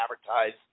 advertise –